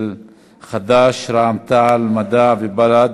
חד"ש, רע"ם-תע"ל-מד"ע ובל"ד: